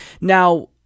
Now